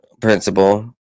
principal